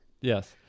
Yes